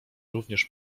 również